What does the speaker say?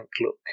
look